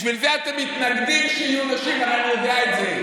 בשביל זה אתם מתנגדים שיהיו נשים, אתה יודע את זה.